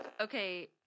Okay